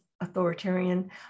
authoritarian